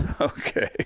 Okay